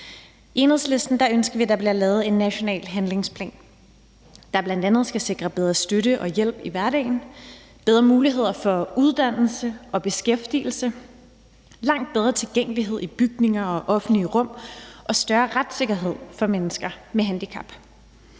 I Enhedslisten ønsker vi, at der bliver lavet en national handlingsplan, der bl.a. skal sikre bedre støtte og hjælp i hverdagen, bedre muligheder for uddannelse og beskæftigelse, langt bedre tilgængelighed i bygninger og offentlige rum og større retssikkerhed for mennesker med handicap.